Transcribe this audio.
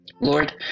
Lord